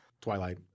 Twilight